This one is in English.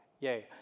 Yay